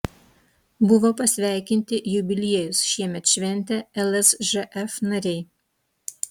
buvo pasveikinti jubiliejus šiemet šventę lsžf nariai